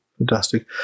Fantastic